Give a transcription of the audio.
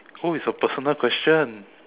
oh it's a personal question